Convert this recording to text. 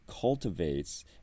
cultivates